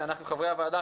שאנחנו חברי הוועדה,